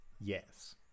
Yes